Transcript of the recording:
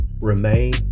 remain